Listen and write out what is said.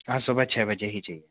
हाँ सुबह छ बजे ही चाहिए